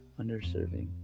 underserving